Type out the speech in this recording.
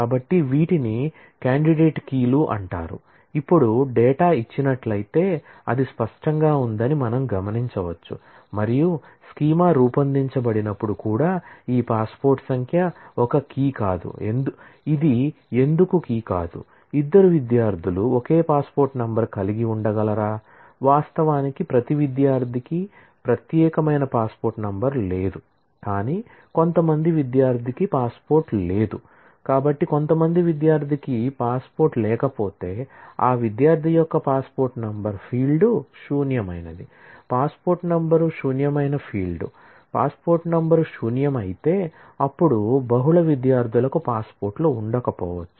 కాబట్టి వీటిని candidate key ఉండకపోవచ్చు